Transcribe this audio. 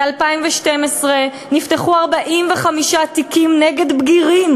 ב-2012 נפתחו 45 תיקים נגד בגירים,